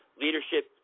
leadership